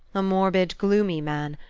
a morbid, gloomy man,